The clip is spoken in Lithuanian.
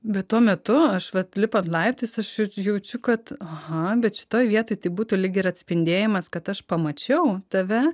bet tuo metu aš vat lipat laiptais aš jaučiu kad aha bet šitoj vietoj tai būtų lyg ir atspindėjimas kad aš pamačiau tave